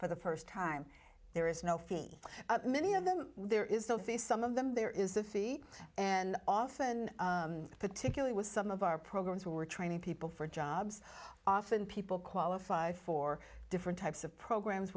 for the first time there is no fee many of them there is still see some of them there is a fee and often particularly with some of our programs we're training people for jobs often people qualify for different types of programs